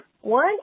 One